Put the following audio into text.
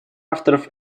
авторов